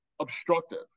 obstructive